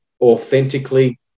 authentically